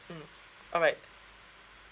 mm alright